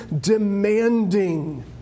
demanding